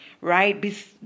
right